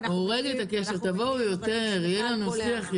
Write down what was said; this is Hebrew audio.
תבואו יותר, יהיה לנו יותר שיח.